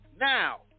Now